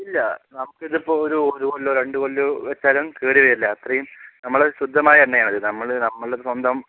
ഇല്ല നമുക്കിതിപ്പോൾ ഒരു ഒരു കൊല്ലമോ രണ്ടു കൊല്ലമോ വെച്ചാലും കേടുവരില്ല അത്രയും നമ്മൾ ശുദ്ധമായ എണ്ണയാണ് ഇത് നമ്മൾ നമ്മൾ ഇത് സ്വന്തം